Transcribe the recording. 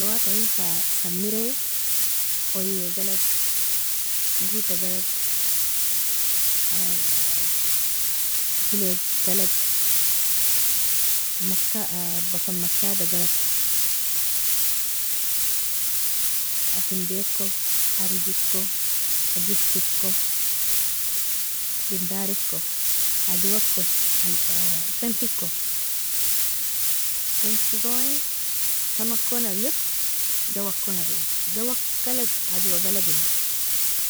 Khadrawat ien fa samirei oie galag, gota galag feli galag, basal makada galag, akendiko, arjeiko, agiseiko, gindariko, aajwako, fantiko, fantigoni samakon, aler jawakon jawa kalag aajwa galag eli.